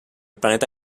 planeta